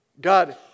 God